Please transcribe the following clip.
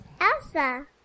Elsa